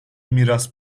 miras